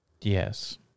Yes